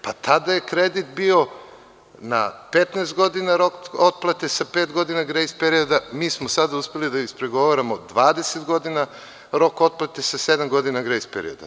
Pa, tada je kredit bio na 15 godina rok otplate sa 5 godina grejs perioda, mi smo sada uspeli da ispregovaramo 20 godina, rok otplate, sa 7 godina grejs perioda.